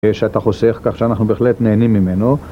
שאתה חוסך כך שאנחנו בהחלט נהנים ממנו